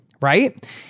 Right